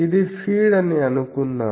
ఇది ఫీడ్ అని అనుకుందాం